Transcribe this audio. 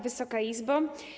Wysoka Izbo!